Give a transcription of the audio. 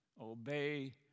obey